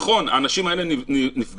נכון, האנשים האלה נפגעים.